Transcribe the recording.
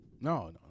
No